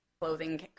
clothing